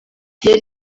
yari